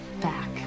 back